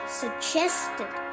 suggested